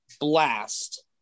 blast